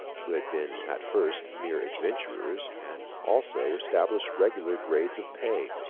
who had been at first mere adventurers, and also established regular grades of pay.